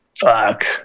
Fuck